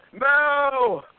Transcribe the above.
no